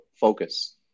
focus